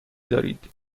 دارید